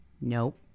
nope